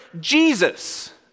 Jesus